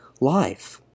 life